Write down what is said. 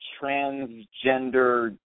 transgender